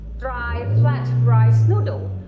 dry flat rice noodle,